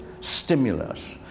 stimulus